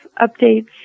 updates